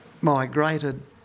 migrated